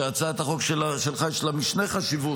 שלהצעת החוק שלך יש משנה חשיבות,